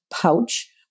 pouch